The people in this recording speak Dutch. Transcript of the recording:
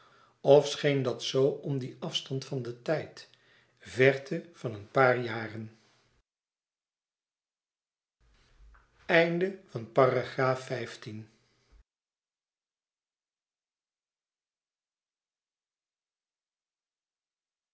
scheen dat zoo om dien afstand van den tijd verte van een paar jaren